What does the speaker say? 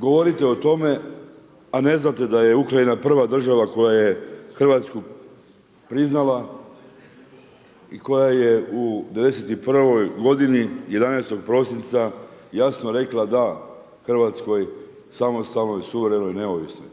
Govorite o tome, a ne znate da je Ukrajina prva država koja je Hrvatsku priznala i koja je u '91. godini 11. prosinca jasno rekla da hrvatskoj samostalnoj suverenoj neovisnoj.